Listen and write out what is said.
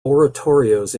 oratorios